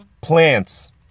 Plants